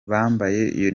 bambaye